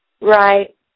Right